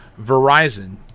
verizon